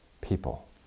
people